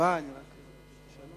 ההצעה להעביר את הנושא